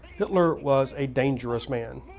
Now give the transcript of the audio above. hitler was a dangerous man,